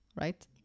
Right